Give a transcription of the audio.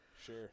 Sure